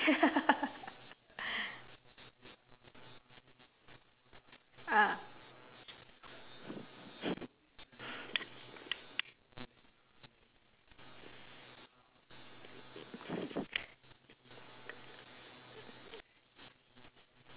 ah